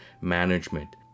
management